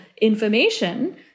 information